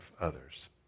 others